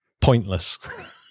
pointless